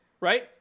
Right